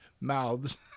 mouths